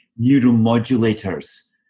neuromodulators